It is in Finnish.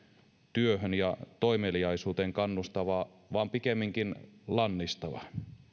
työhön ja toimeliaisuuteen kannustava vaan pikemminkin lannistava